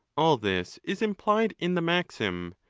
all this is implied in the maxim,